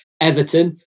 Everton